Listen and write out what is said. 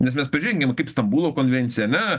nes mes pažiūrėkime kaip stambulo konvenciją ane